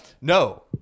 No